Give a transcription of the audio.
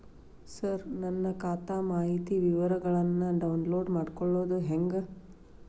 ಸರ ನನ್ನ ಖಾತಾ ಮಾಹಿತಿ ವಿವರಗೊಳ್ನ, ಡೌನ್ಲೋಡ್ ಮಾಡ್ಕೊಳೋದು ಹೆಂಗ?